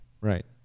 Right